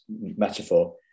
metaphor